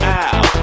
out